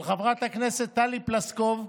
של חברת הכנסת טלי פלוסקוב,